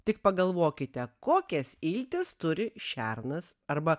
tik pagalvokite kokias iltis turi šernas arba